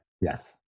Yes